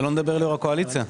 בבקשה.